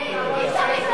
אי-אפשר לקנות דירות.